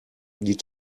die